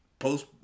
Post